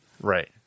right